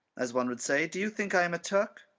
as one would say, do you think i am a turk?